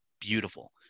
Beautiful